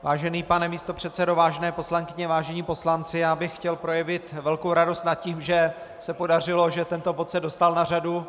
Vážený pane místopředsedo, vážené poslankyně, vážení poslanci, já bych chtěl projevit velkou radost nad tím, že se podařilo, že tento bod se dostal na řadu.